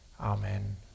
Amen